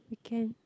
we can